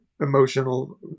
emotional